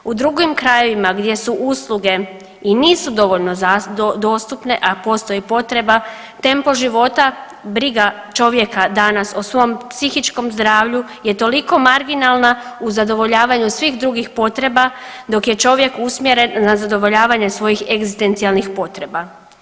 U drugim krajevima gdje su usluge i nisu dovoljno dostupne a postoji potreba tempo života, briga čovjeka danas o svom psihičkom zdravlju je toliko marginalna u zadovoljavanju svih drugih potreba dok je čovjek usmjeren na zadovoljavanje svojih egzistencijalnih potreba.